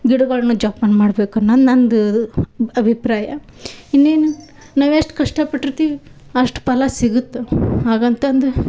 ಗಿಡಗಳ್ನ ಜೋಪಾನ ಮಾಡ್ಬೇಕನ್ನೋದು ನನ್ನದು ಅಭಿಪ್ರಾಯ ಇನ್ನೇನು ನಾವೆಷ್ಟು ಕಷ್ಟ ಪಟ್ಟಿರ್ತೀವಿ ಅಷ್ಟು ಫಲ ಸಿಗುತ್ತೆ ಹಾಗಂತಂದು